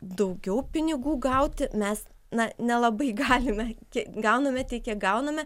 daugiau pinigų gauti mes na nelabai galime kiek gauname tiek kiek gauname